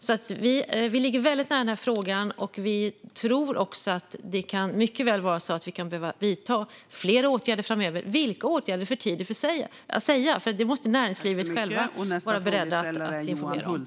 Vi ligger som sagt väldigt nära frågan, och vi tror också att vi mycket väl kan behöva vidta fler åtgärder framöver. Vilka åtgärder det blir är för tidigt att säga. Det måste näringslivet självt vara berett att informera om.